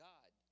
God